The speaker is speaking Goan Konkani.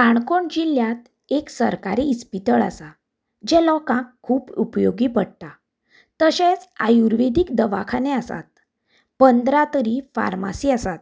काणकोण जिल्ल्यांत एक सरकारी इस्पितळ आसा जें लोकांक खूब उपयोगी पडटा तशेंच आयुर्वेदीक दवाखाने आसात पंदरा तरी फार्मासी आसात